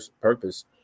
purpose